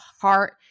heart